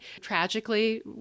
tragically